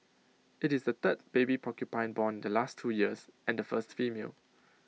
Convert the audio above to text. IT is the third baby porcupine born in the last two years and the first female